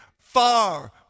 far